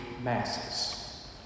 masses